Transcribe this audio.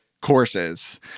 courses